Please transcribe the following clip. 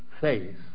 faith